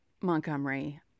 Montgomery